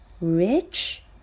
Rich